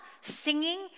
singing